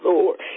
Lord